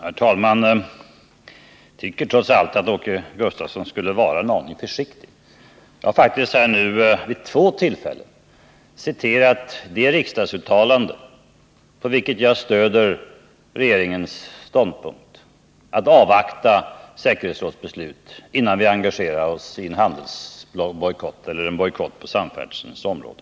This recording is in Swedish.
Herr talman! Jag tycker trots allt att Åke Gustavsson borde vara en aning försiktig. Vid två tillfällen har jag faktiskt citerat det riksdagsuttalande på vilket jag stöder regeringens ståndpunkt — att avvakta säkerhetsrådets beslut innan vi engagerar oss i en handelsbojkott eller en bojkott på samfärdselns område.